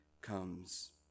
comes